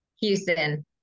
Houston